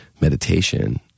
meditation